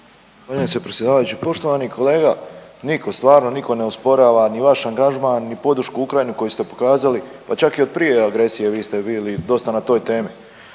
se predsjedavajući. Poštovani kolega, niko stvarno niko ne osporava ni vaš angažman ni podršku Ukrajini koju ste pokazali pa čak i od prije agresije vi ste bili dosta na toj temi.